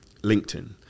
LinkedIn